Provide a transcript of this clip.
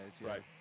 right